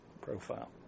profile